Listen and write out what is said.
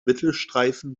mittelstreifen